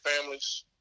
families